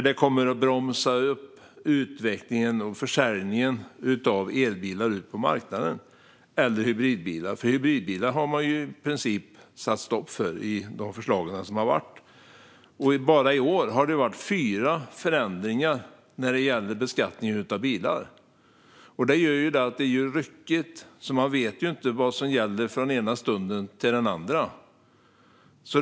Det kommer att bromsa upp utvecklingen och försäljningen av elbilar ut på marknaden - och hybridbilar, för hybridbilar har man ju i princip satt stopp för i de förslag som har kommit. Bara i år har det varit fyra förändringar när det gäller beskattningen av bilar. Det gör att det blir ryckigt. Man vet inte vad som gäller från den ena stunden till den andra.